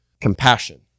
compassion